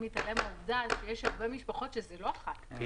מתעלם מהעובדה שיש הרבה משפחות שזה לא ילד אחד,